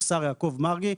השר יעקב מרגי,